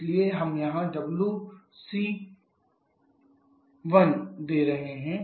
इसलिए हम यहां WC1 दे रहे हैं